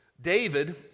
David